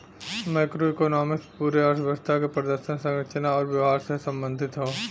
macroeconomics पूरे अर्थव्यवस्था क प्रदर्शन, संरचना आउर व्यवहार से संबंधित हौ